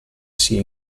sia